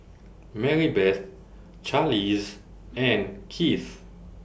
Marybeth Charlize and Kieth